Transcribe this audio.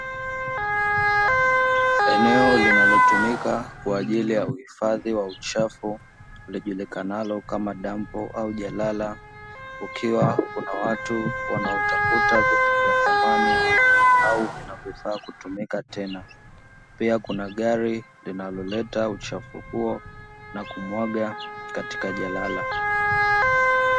Eneo linalotumika kwa ajili ya uhifadhi wa uchafu lijulikanalo kama dampo au jalala kukiwa kuna watu wanaotafuta vitu vya thamani au vinavyofaa kutumika tena, pia kuna gari linaloleta uchafu huo na kumwaga katika jalala.